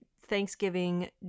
thanksgiving